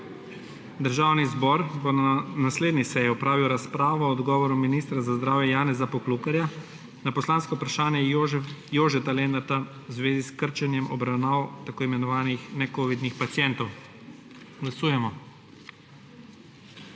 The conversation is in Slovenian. Državni zbor bo na naslednji seji opravil razpravo o odgovoru ministra za zdravje Janeza Poklukarja na poslansko vprašanje Jožeta Lenarta v zvezi s krčenjem obravnav tako imenovanih necovidnih pacientov. Glasujemo.